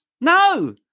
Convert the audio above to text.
no